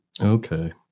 okay